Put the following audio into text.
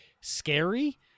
scary